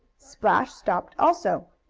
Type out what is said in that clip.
splash stopped also.